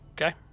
Okay